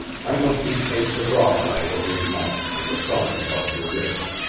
i must replace the rawhide over your mouth and the thongs about your wrists.